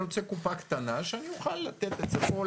אני רוצה קופה קטנה שאני אוכל לתת פה,